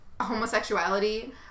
homosexuality